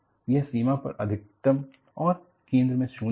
यह सीमा पर अधिकतम और केंद्र में शून्य है